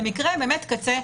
זה מקרה קצה.